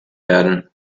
werden